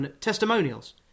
testimonials